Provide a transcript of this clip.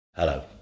Hello